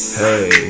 hey